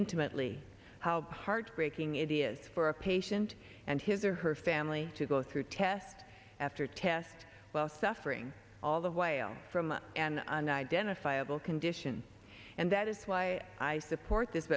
intimately how heartbreaking it is for a patient and his or her family to go through test after test suffering all the while from an identifiable condition and that is why i support this